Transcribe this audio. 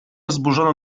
zburzono